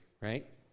right